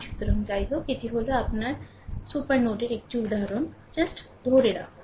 সুতরাং যাইহোক সুতরাং এটি হল এটিই আপনার যা আপনার সুপার নোডের একটি উদাহরণ কেবল ধরে রাখুন